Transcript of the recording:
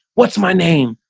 what's my name?